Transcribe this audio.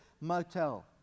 motel